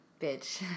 Bitch